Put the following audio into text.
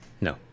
No